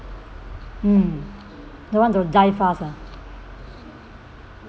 mm don't want to die fast lah